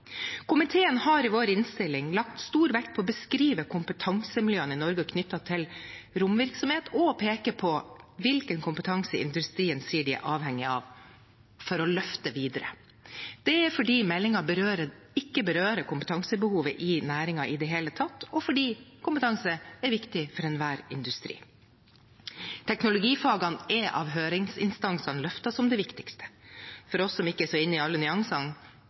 Komiteen har i sin innstilling lagt stor vekt på å beskrive kompetansemiljøene i Norge knyttet til romvirksomhet og å peke på hvilken kompetanse industrien sier de er avhengig av for å løfte videre. Det er fordi meldingen ikke berører kompetansebehovet i næringen i det hele tatt, og fordi kompetanse er viktig for enhver industri. Teknologifagene er av høringsinstansene løftet som det viktigste. For oss som ikke er så inne i alle nyansene,